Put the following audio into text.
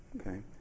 Okay